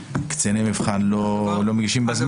כאשר קציני מבחן לא מגישים תסקיר בזמן.